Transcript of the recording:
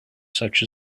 such